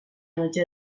maite